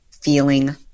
feeling